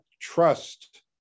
trust